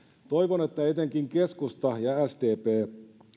toivon että etenkin keskusta ja sdp